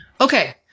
Okay